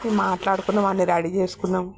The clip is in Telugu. మ మాట్లాడుకున్నా అవన్నీ రెడీ చేసుకున్నాం